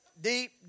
Deep